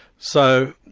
so